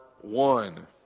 one